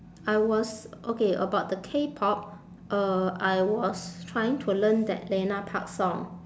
I was okay about the Kpop uh I was trying to learn that lena park song